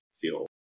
feel